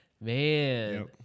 Man